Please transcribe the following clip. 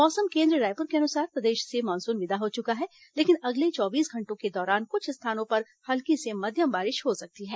मौसम केन्द्र रायपुर के अनुसार प्रदेश से मानसून विदा हो चुका है लेकिन अगले चौबीस घंटों के दौरान कुछ स्थानों पर हल्की से मध्यम बारिश हो सकती है